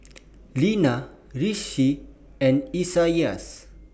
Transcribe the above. Linna Rishi and Isaias